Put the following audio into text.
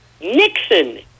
Nixon